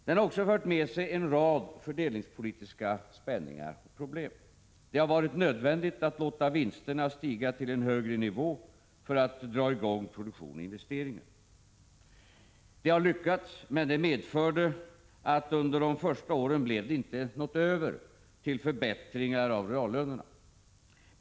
De har också fört med sig en rad fördelningspolitiska spänningar och problem. Det har varit nödvändigt att låta vinsterna stiga till en högre nivå för att dra i gång produktion och investeringar. Det har lyckats, men det medförde att det under de första åren inte har blivit något över till förbättringar av reallönerna.